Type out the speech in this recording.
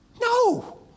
No